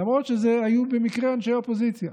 למרות שאלו היו במקרה אנשי אופוזיציה.